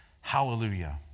Hallelujah